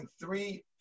three